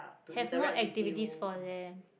have more activities for them